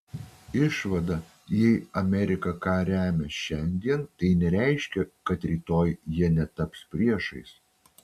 išvada jei amerika ką remia šiandien tai nereiškia kad rytoj jie netaps priešais